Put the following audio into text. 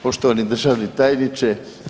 Poštovani državni tajniče.